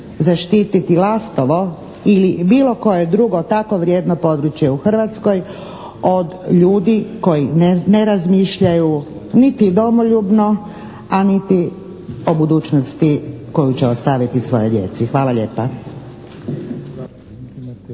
zaštititi Lastovo ili bilo koje drugo tako vrijedno područje u Hrvatskoj od ljudi koji ne razmišljaju niti domoljubno, a niti o budućnosti koju će ostaviti svojoj djeci. Hvala lijepa.